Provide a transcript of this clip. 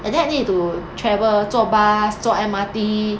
and then I need to travel 坐 bus 坐 M_R_T